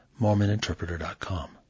mormoninterpreter.com